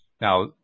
Now